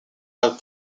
had